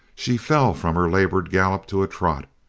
she fell from her labored gallop to a trot,